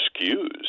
excused